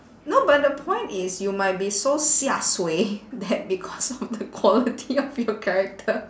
no but the point is you might be so 吓 suay that because of the quality of your character